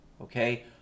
okay